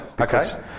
Okay